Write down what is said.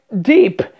deep